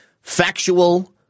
factual